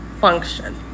function